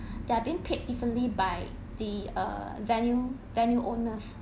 they're being paid differently by the err venue venue owner